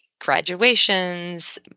graduations